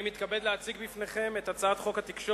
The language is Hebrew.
אני מתכבד להציג לפניכם את הצעת חוק התקשורת